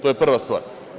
To je prva stvar.